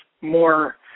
more